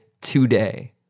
today